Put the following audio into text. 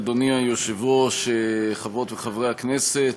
אדוני היושב-ראש, חברות וחברי הכנסת,